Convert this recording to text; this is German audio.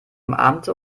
umarmte